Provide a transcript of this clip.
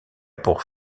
pour